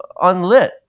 unlit